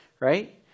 right